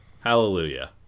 Hallelujah